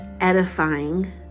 edifying